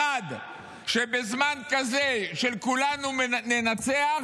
1. שבזמן כזה, של "כולנו ננצח",